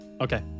Okay